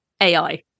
AI